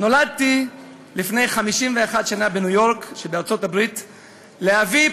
נולדתי לפני 51 שנה בניו-יורק שבארצות-הברית לאבי,